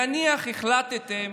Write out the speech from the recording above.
נניח החלטתם